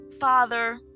father